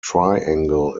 triangle